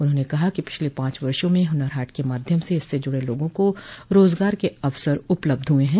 उन्होंने कहा कि पिछले पांच वर्षो में हुनर हाट के माध्यम से इससे जुड़े लोगों को रोजगार के अवसर उपलब्ध हुए हैं